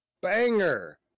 banger